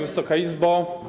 Wysoka Izbo!